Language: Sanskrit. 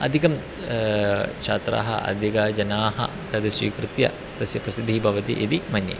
अधिकं छात्राः अधिकजनाः तत् स्वीकृत्य तस्य प्रसिद्धिः भवति इति मन्ये